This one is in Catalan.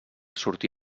sortí